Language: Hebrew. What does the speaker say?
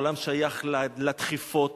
העולם שייך לדחיפות,